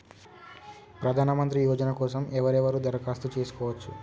ప్రధానమంత్రి యోజన కోసం ఎవరెవరు దరఖాస్తు చేసుకోవచ్చు?